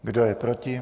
Kdo je proti?